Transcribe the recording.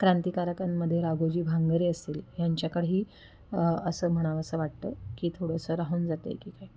क्रांतिकारकांमधे राघोजी भांगरे असतील ह्यांच्याकडंही असं म्हणावंसं वाटतं की थोडंसं राहून जात आहे की काय